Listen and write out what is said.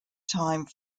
time